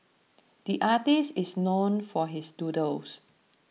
the artist is known for his doodles